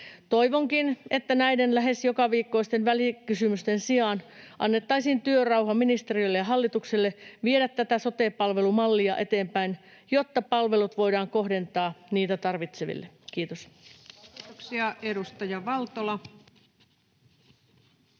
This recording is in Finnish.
Toivonkin, että näiden lähes jokaviikkoisten välikysymysten sijaan annettaisiin työrauha ministeriölle ja hallitukselle viedä tätä sote-palvelumallia eteenpäin, jotta palvelut voidaan kohdentaa niitä tarvitseville. — Kiitos. Kiitoksia.